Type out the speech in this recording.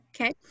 okay